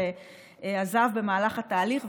שעזב במהלך התהליך,